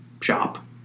shop